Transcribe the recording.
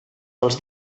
dels